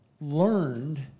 learned